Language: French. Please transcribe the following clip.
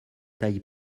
taille